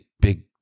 big